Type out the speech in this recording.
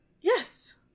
Yes